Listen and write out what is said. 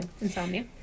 Insomnia